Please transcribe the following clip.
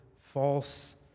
false